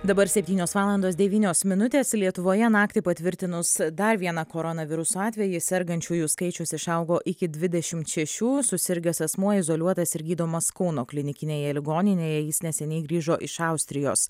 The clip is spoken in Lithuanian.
dabar septynios valandos devynios minutės lietuvoje naktį patvirtinus dar vieną koronaviruso atvejį sergančiųjų skaičius išaugo iki dvidešimt šešių susirgęs asmuo izoliuotas ir gydomas kauno klinikinėje ligoninėje jis neseniai grįžo iš austrijos